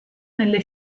nelle